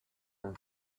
and